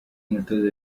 umutoza